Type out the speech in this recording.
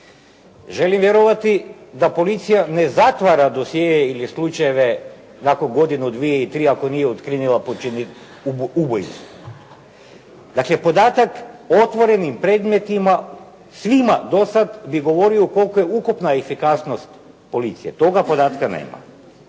Želim vjerovati da policija ne zatvara dosjee ili slučajeve nakon godinu, dvije i tri ako nije otkrila ubojicu. Dakle, podatak o otvorenim predmetima svima do sada bi govorio kolika je ukupna efikasnost policije, toga podatka nema.